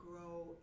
grow